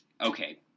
Okay